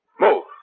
Move